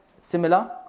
similar